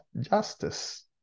justice